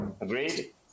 Agreed